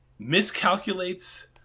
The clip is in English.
miscalculates